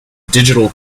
digital